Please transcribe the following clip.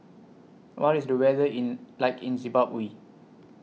What IS The weather in like in Zimbabwe